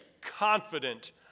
confident